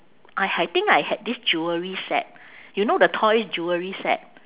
I h~ think I had this jewellery set you know the toys jewellery set